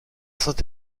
saint